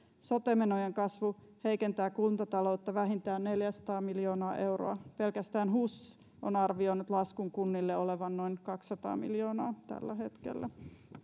sote menojen kasvu heikentää kuntataloutta vähintään neljäsataa miljoonaa euroa pelkästään hus on arvioinut laskun kunnille olevan noin kaksisataa miljoonaa tällä hetkellä